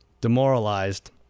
demoralized